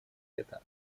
это